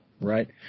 right